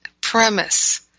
premise